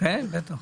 כן, בטח.